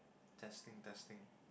testing testing